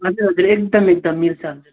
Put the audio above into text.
हजुर हजुर रेन्ट त एकदम मिल्छ